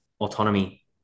autonomy